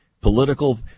Political